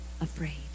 afraid